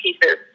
pieces